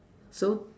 so